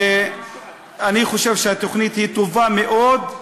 אני חושב שהתוכנית היא טובה מאוד,